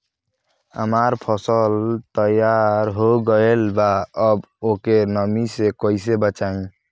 हमार फसल तैयार हो गएल बा अब ओके नमी से कइसे बचाई?